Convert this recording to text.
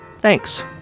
Thanks